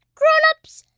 grown-ups,